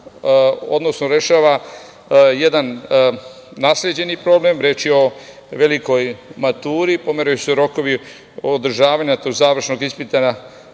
rešava jedan nasleđeni problem, reč je o velikoj maturi, pomeraju se rokovi održavanja tog završnog ispita